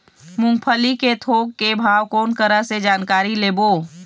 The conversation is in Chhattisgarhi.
मूंगफली के थोक के भाव कोन करा से जानकारी लेबो?